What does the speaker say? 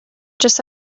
just